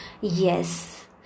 yes